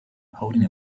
holding